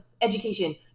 education